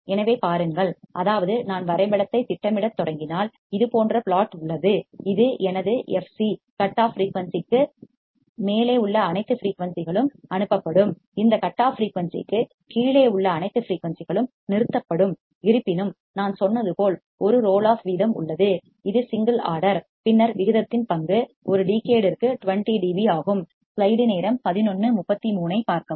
எனவே பாருங்கள் அதாவது நான் வரைபடத்தைத் திட்டமிடத் தொடங்கினால் இது போன்ற பிளாட் உள்ளது இது எனது F C fc cut off ஃபிரீயூன்சிற்கு மேலே உள்ள அனைத்து ஃபிரீயூன்சிகளும் அனுப்பப்படும் இந்த கட் ஆஃப் ஃபிரீயூன்சிக்குக் கீழே உள்ள அனைத்து ஃபிரீயூன்சிகளும் நிறுத்தப்படும் இருப்பினும் நான் சொன்னது போல் ஒரு ரோல் ஆஃப் வீதம் உள்ளது இது சிங்கிள் ஆர்டர் பின்னர் விகிதத்தின் பங்கு ஒரு டிகேட்ற்கு 20 dB ஆகும்